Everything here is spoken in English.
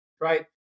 right